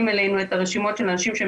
בוקר טוב.